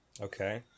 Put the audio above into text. Okay